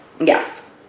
Yes